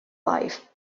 life